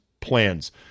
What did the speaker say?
plans